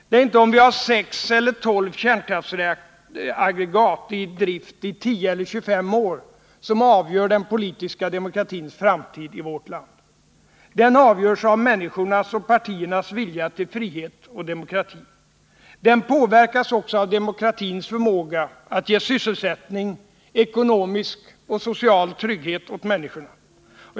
Det är inte om vi har 6 eller 12 kärnkraftsaggregat i drift i 10 eller 25 år som avgör den politiska demokratins framtid i vårt land. Den avgörs av människornas och partiernas vilja till frihet och demokrati. Den påverkas också av demokratins förmåga att ge sysselsättning, ekonomisk och social trygghet åt människorna.